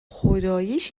خداییش